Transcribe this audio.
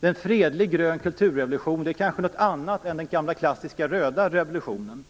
En fredlig grön kulturrevolution är kanske någonting annat än den gamla klassiska röda revolutionen.